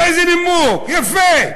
תראה איזה נימוק, יפה.